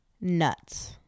nuts